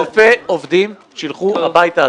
אלפי עובדים שילכו הביתה,